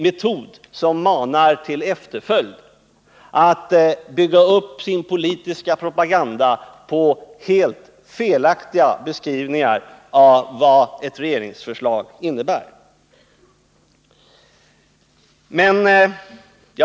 Men att bygga upp sin politiska propaganda på helt felaktiga beskrivningar av vad ett regeringsförslag innebär tycker jag inte är en metod som manar till efterföljd.